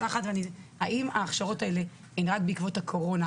האם ההכשרות האלה הן רק בעקבות הקורונה